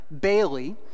Bailey